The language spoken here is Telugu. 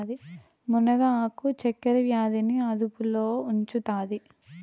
మునగ ఆకు చక్కర వ్యాధి ని అదుపులో ఉంచుతాది